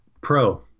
Pro